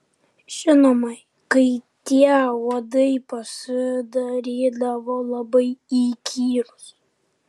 žinoma kai tie uodai pasidarydavo labai įkyrūs